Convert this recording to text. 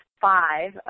five